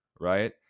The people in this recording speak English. Right